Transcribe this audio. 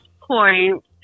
point